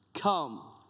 come